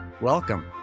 welcome